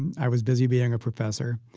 and i was busy being a professor,